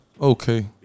Okay